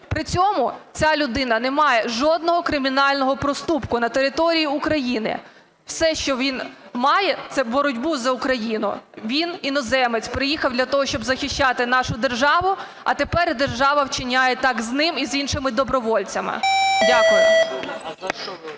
При цьому ця людина не має жодного кримінального проступку на території України. Все, що він має, це боротьбу за Україну. Він іноземець, приїхав для того, щоб захищати нашу державу, а тепер і держава вчиняє так з ним і з іншими добровольцями. Дякую.